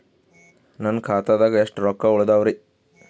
ನನ್ನ ಖಾತಾದಾಗ ಎಷ್ಟ ರೊಕ್ಕ ಉಳದಾವರಿ?